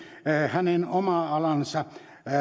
hänen oma alansa